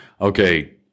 Okay